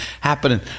happening